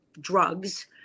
drugs